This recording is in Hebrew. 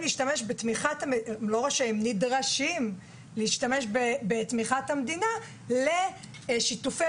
הם נדרשים להשתמש בתמיכת המדינה לשיתופי